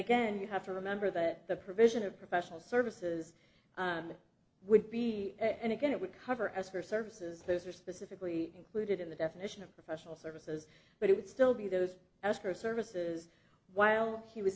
again you have to remember that the provision of professional services would be and again it would cover as for services those are specifically included in the definition of professional services but it would still be those escrow services while he was